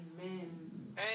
Amen